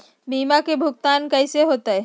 बीमा के भुगतान कैसे होतइ?